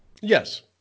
Yes